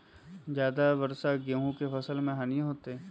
ज्यादा वर्षा गेंहू के फसल मे हानियों होतेई?